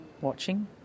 watching